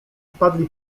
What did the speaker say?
wpadli